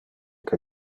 que